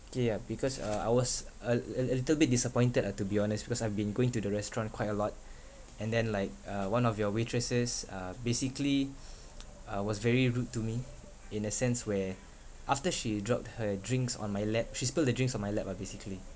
K ah because uh I was al~ a a little bit disappointed ah to be honest because I've been going to the restaurant quite a lot and then like uh one of your waitresses uh basically uh was very rude to me in a sense where after she dropped her drinks on my lap she spill the drinks on my lap ah basically